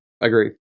Agree